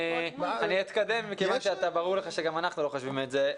אני אתקדם מכיוון שברור לך שגם אנחנו לא חושבים את זה.